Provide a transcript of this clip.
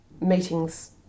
meetings